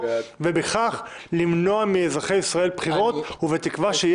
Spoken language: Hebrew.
ובכך למנוע מאזרחי ישראל בחירות, ובתקווה שיהיה